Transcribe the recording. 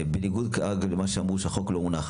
אמרו פה שהחוק לא הונח.